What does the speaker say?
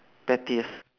pettiest